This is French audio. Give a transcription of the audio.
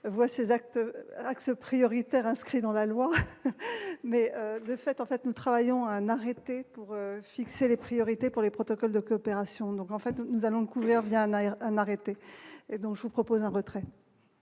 actes axes prioritaires, inscrit dans la loi, mais de fait, en fait, nous travaillons à un arrêté pour fixer les priorités pour les protocoles de coopération donc en fait nous allons couvert via un arrière un arrêté et donc je vous propose un retrait.